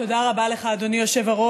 תודה רבה לך, אדוני היושב-ראש.